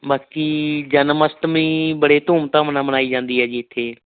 ਬਾਕੀ ਜਨਮ ਅਸ਼ਟਮੀ ਬੜੇ ਧੂਮ ਧਾਮ ਨਾਲ ਮਨਾਈ ਜਾਂਦੀ ਹੈ ਜੀ ਇੱਥੇ